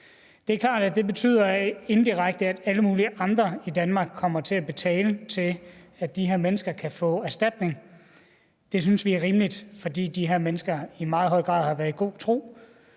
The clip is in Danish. betyder, at alle mulige andre i Danmark kommer til at betale til, at de her mennesker kan få erstatning. Det synes vi er rimeligt, fordi de her mennesker i meget høj grad har været i god tro.